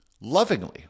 lovingly